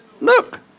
look